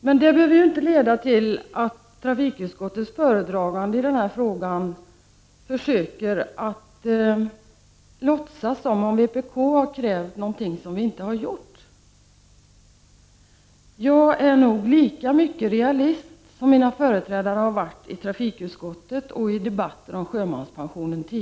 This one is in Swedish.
Men det behöver ju inte leda till att trafikutskottets föredragande i den här frågan får låtsas som om vpk har krävt någonting som vi inte har krävt. Jag är nog lika mycket realist som mina företrädare har varit i trafikutskottet och i debatten om sjömanspensionen.